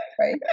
right